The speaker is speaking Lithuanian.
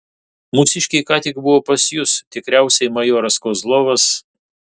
mūsiškiai ką tik buvo pas jus tikriausiai majoras kozlovas